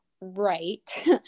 right